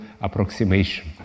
approximation